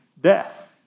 death